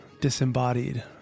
disembodied